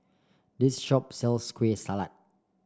this shop sells Kueh Salat